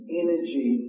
energy